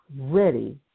ready